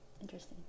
Interesting